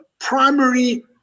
primary